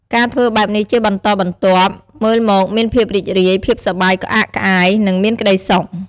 ការធ្វើបែបនេះជាបន្តបន្ទាប់ មើលមកមានភាពរីករាយ ភាពសប្បាយក្អាក់ក្អាយ និងមានក្តីសុខ។